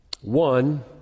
One